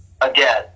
again